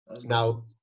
Now